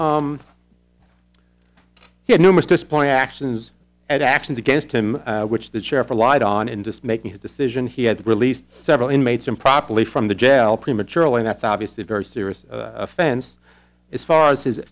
had numerous disappointing actions and actions against him which the chair for lied on in just making his decision he had released several inmates improperly from the jail prematurely that's obviously a very serious offense as far as his